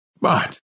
but—